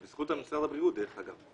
זה בזכות משרד הבריאות, דרך אגב.